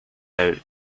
out